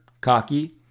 cocky